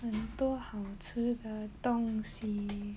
很多好吃的东西